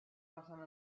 passant